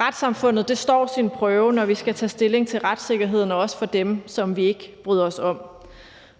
retssamfund står sin prøve, når vi skal tage stilling til retssikkerheden, også for dem, som vi ikke bryder os om.